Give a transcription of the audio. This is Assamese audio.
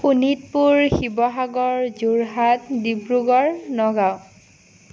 শোণিতপুৰ শিৱসাগৰ যোৰহাট ডিব্ৰুগড় নগাঁও